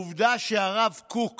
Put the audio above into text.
העובדה שהרב קוק